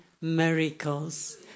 miracles